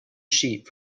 sheet